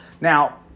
Now